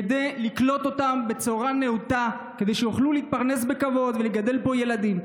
כדי לקלוט אותם בצורה נאותה כדי שיוכלו להתפרנס בכבוד ולגדל פה ילדים.